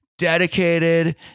Dedicated